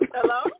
Hello